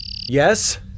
Yes